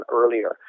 earlier